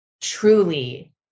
truly